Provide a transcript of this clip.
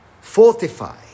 fortify